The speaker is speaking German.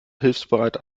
hilfsbereit